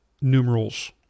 numerals